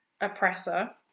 oppressor